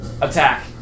attack